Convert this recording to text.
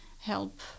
help